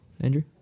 Andrew